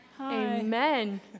Amen